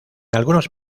algunos